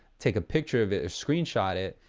take a picture of it, screenshot it,